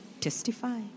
testify